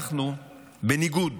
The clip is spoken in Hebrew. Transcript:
בניגוד